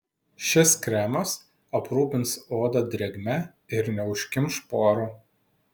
šis kremas aprūpins odą drėgme ir neužkimš porų